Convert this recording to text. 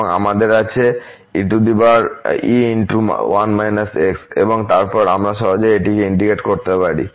এবং আমাদের আছে e1− x এবং তারপর আমরা সহজেই এটিকে ইন্টিগ্রেট করতে পারি